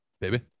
Baby